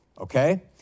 okay